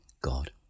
God